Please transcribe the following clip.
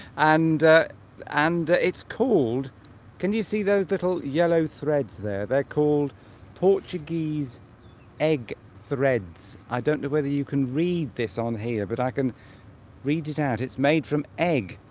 and and it's cold can you see those little yellow threads there they're called portuguese egg threads i don't know whether you can read this on here but i can read it out it's made from egg